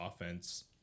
offense